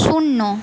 শূন্য